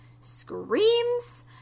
screams